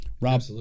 Rob